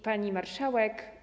Pani Marszałek!